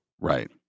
Right